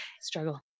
struggle